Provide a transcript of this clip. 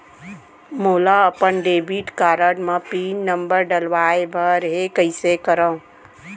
मोला अपन debit card म पिन नंबर डलवाय बर हे कइसे करव?